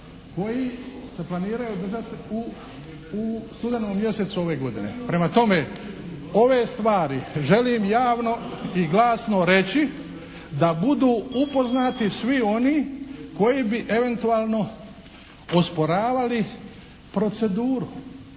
koji se planiraju održat u studenom mjesecu ove godine? Prema tome, ove stvari želim javno i glasno reći da budu upoznati svi oni koji bi eventualno osporavali proceduru.